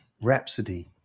Rhapsody